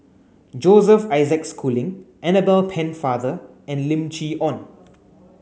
Joseph Isaac Schooling Annabel Pennefather and Lim Chee Onn